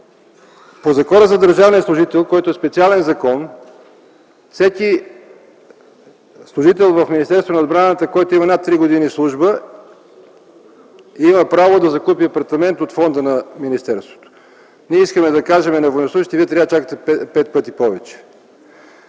по Закона за държавния служител, който е специален закон, всеки служител в Министерството на отбраната с над 3 години служба има право да закупи апартамент от фонда на министерството. Нима искаме да кажем на военнослужещите: Вие трябва да чакате пет пъти повече.